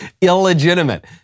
illegitimate